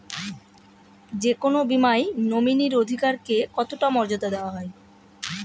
যে কোনো বীমায় নমিনীর অধিকার কে কতটা মর্যাদা দেওয়া হয়?